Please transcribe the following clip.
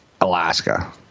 Alaska